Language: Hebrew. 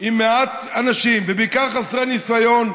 בסוף הגיעו לכיוון חיפה.